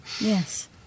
Yes